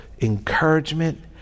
encouragement